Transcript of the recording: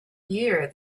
year